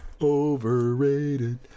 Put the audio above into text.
Overrated